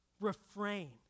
refrain